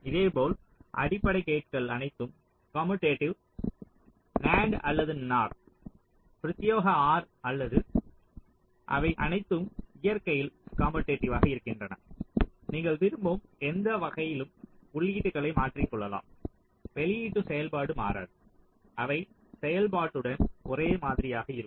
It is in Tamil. இதேபோல் அடிப்படை கேட்கள் அனைத்தும் கமுடேடிவ் NAND அல்லது NOR பிரத்தியேக OR அல்லது அவை அனைத்தும் இயற்கையில் கமுடேடிவ் ஆக இருக்கின்றன நீங்கள் விரும்பும் எந்த வகையிலும் உள்ளீடுகளை மாற்றிக் கொள்ளலாம் வெளியீட்டு செயல்பாடு மாறாது அவை செயல்பாட்டுடன் ஒரே மாதிரியாக இருக்கும்